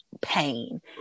pain